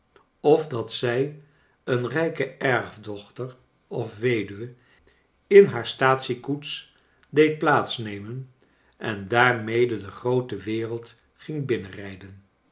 of dat zij een rijke erfdochter of weduwe in haar staatsiekoets deed plaats nemen en daarmede de groote wereld ging